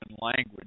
language